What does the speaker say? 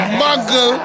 muggle